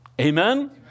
Amen